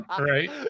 Right